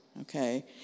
okay